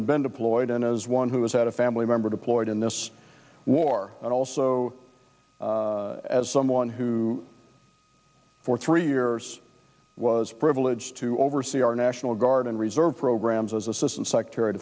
and been deployed and as one who has had a family member deployed in this war and also as someone who for three years was privileged to oversee our national guard and reserve programs as assistant secretary of